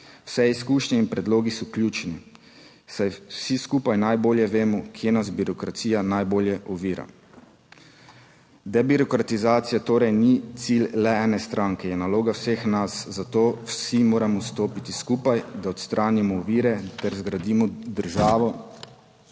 Vse izkušnje in predlogi so ključni, saj vsi skupaj najbolje vemo, kje nas birokracija najbolje ovira. Debirokratizacija torej ni cilj le ene stranke, je naloga vseh nas, zato vsi moramo stopiti skupaj, da odstranimo ovire ter zgradimo državo,